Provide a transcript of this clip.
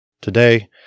Today